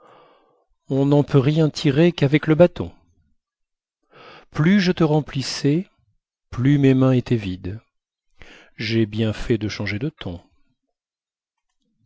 on n'en peut rien tirer qu'avccque le bâton plus je te remplissais plus mes mains étaient vides j'ai bien fait de changer de